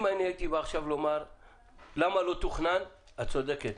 אם הייתי בא עכשיו לומר 'למה לא תוכנן', את צודקת.